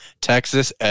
Texas